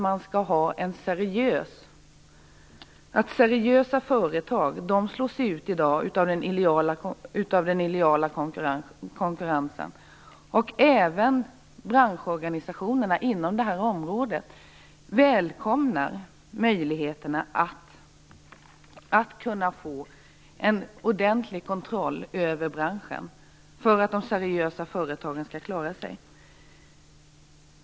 I dag slås seriösa företag ut av den illojala konkurrensen. Även branschorganisationerna på området välkomnar möjligheterna att få en ordentlig kontroll över branschen så att de seriösa företagen kan klara sig.